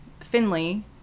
Finley